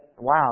wow